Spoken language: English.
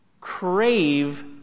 crave